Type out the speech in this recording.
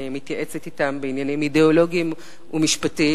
אני מתייעצת אתם בעניינים אידיאולוגיים ומשפטיים